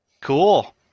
Cool